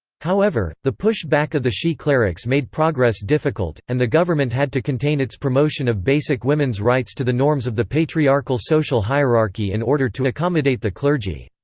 however, the push-back of the shii clerics made progress difficult, and the government had to contain its promotion of basic women's rights to the norms of the patriarchal social hierarchy in order to accommodate the clergy.